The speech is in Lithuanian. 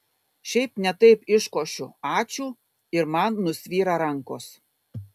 šiaip ne taip iškošiu ačiū ir man nusvyra rankos